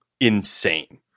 insane